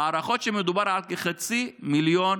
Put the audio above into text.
ההערכות הן שמדובר על כחצי מיליון